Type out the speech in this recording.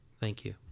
thank you.